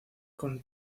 con